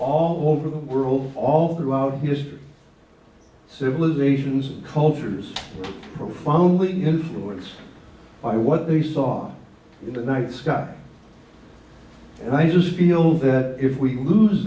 all over the world all throughout history civilizations and cultures profoundly influenced by what they saw on the night sky and i just feel that if we lose